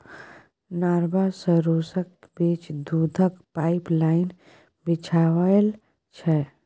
Norway सँ रुसक बीच दुधक पाइपलाइन बिछाएल छै